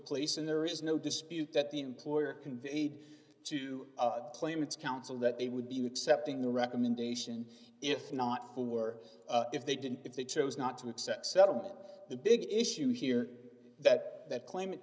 place and there is no dispute that the employer conveyed to claimants counsel that they would be accepting the recommendation if not full were if they didn't if they chose not to accept settlement the big issue here that that claim it